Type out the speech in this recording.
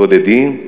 בודדים.